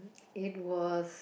it was